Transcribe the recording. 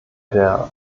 der